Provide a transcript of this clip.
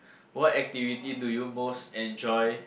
what activity do you most enjoy